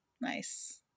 Nice